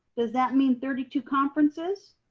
does that mean thirty two conferences?